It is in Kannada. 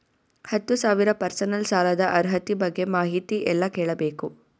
ಹತ್ತು ಸಾವಿರ ಪರ್ಸನಲ್ ಸಾಲದ ಅರ್ಹತಿ ಬಗ್ಗೆ ಮಾಹಿತಿ ಎಲ್ಲ ಕೇಳಬೇಕು?